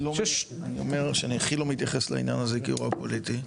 אני אומר שאני הכי לא מתייחס לעניין הזה כאירוע פוליטי.